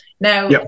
now